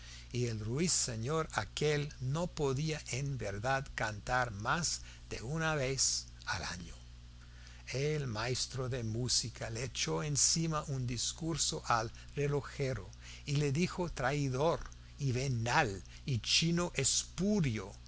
y el ruiseñor aquel no podía en verdad cantar más de una vez al año el maestro de música le echó encima un discurso al relojero y le dijo traidor y venal y chino espurio